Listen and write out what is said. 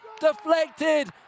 deflected